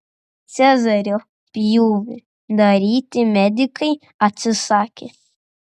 cezario pjūvį daryti medikai atsisakė